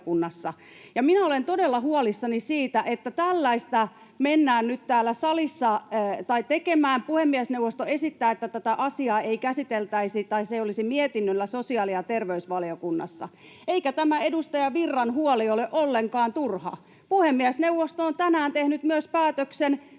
Minä olen todella huolissani siitä, että tällaista mennään nyt täällä tekemään. Puhemiesneuvosto esittää, että tätä asiaa ei käsiteltäisi tai se ei olisi mietinnöllä sosiaali- ja terveysvaliokunnassa. Eikä tämä edustaja Virran huoli ole ollenkaan turha. Puhemiesneuvosto on tänään tehnyt myös päätöksen